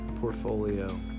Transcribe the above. portfolio